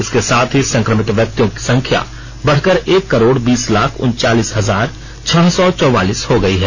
इसके साथ ही संक्रमित व्यक्तियों की संख्या बढ़कर एक करोड़ बीस लाख उनचालीस हजार छह सौ चौवालीस हो गई है